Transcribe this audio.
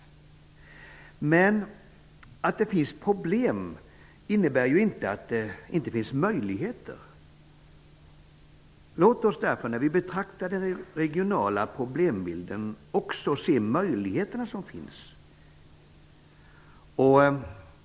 Men att det finns problem innebär ju inte att det inte finns möjligheter. Låt oss därför, när vi betraktar den regionala problembilden, också se möjligheterna.